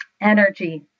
energy